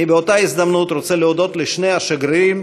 באותה הזדמנות אני רוצה להודות לשני השגרירים,